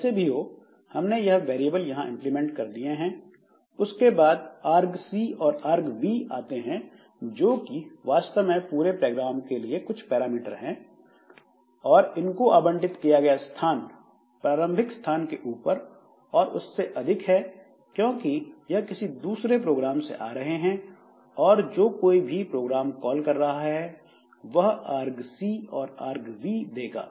जैसे भी हो हमने यह वेरिएबल यहां इम्प्लीमेंट कर दिए हैं उसके बाद argc और argv आते हैं जो कि वास्तव में पूरे प्रोग्राम के लिए कुछ पैरामीटर हैं और इन को आवंटित किया गया स्थान प्रारंभिक स्थान के ऊपर और उससे अधिक है क्योंकि यह किसी दूसरे प्रोग्राम से आ रहे है और जो कोई भी प्रोग्राम कॉल कर रहा है वह argc और argv देगा